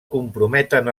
comprometen